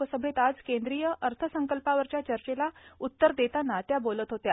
लोकसभेत आज केंद्रीय अर्थसंकल्पावरच्या चर्चेला उत्तर देताना त्या बोलत होत्या